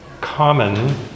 common